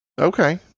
okay